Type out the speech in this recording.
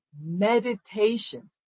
Meditation